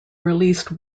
released